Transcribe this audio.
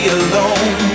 alone